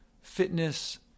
fitness